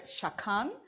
shakan